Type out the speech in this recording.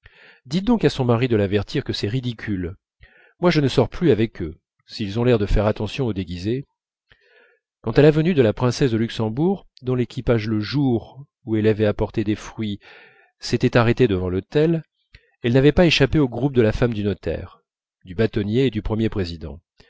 dites donc à son mari de l'avertir que c'est ridicule moi je ne sors plus avec eux s'ils ont l'air de faire attention aux déguisés quant à la venue de la princesse de luxembourg dont l'équipage le jour où elle avait apporté des fruits s'était arrêté devant l'hôtel elle n'avait pas échappé au groupe de la femme du notaire du bâtonnier et du premier président